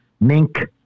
Mink